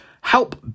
Help